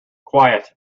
quite